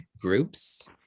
groups